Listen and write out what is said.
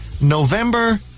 November